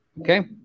Okay